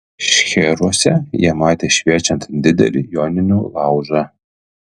šcheruose jie matė šviečiant didelį joninių laužą